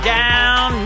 down